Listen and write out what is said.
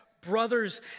brothers